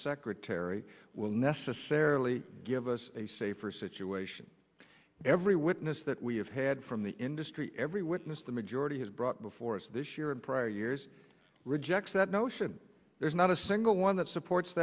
secretary will necessarily give us a safer situation every witness that we have had from the industry every witness the majority has brought before us this year and prior years rejects that notion there's not a single one that supports